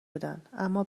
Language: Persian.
بودند، اما